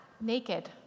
naked